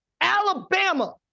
Alabama